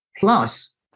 Plus